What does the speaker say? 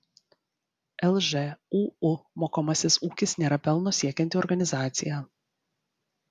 lžūu mokomasis ūkis nėra pelno siekianti organizacija